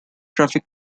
traffic